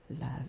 love